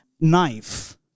Knife